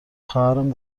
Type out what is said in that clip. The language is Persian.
خواهرم